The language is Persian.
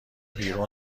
بیرون